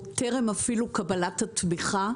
עוד טרם אפילו קבלת התמיכה,